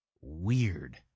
Weird